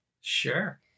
Sure